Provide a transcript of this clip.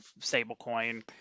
stablecoin